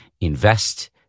Invest